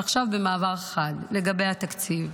עכשיו, במעבר חד, לגבי התקציב.